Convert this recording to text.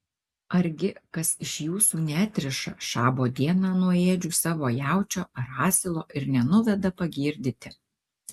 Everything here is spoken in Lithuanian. argi kas iš jūsų neatriša šabo dieną nuo ėdžių savo jaučio ar asilo ir nenuveda pagirdyti